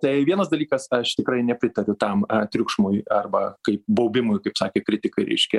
tai vienas dalykas aš tikrai nepritariu tam triukšmui arba kaip baubimui kaip sakė kritikai reiškia